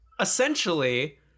essentially